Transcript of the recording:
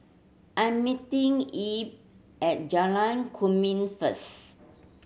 I'm meeting Ebb at Jalan Kemuning first